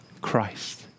Christ